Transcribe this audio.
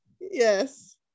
Yes